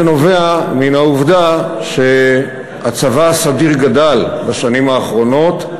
זה נובע מן העובדה שהצבא הסדיר גדל בשנים האחרונות,